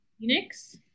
Phoenix